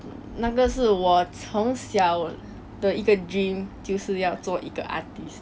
那个是我从小的一个 dream 就是要做一个 artist